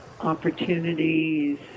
opportunities